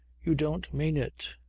you don't mean it.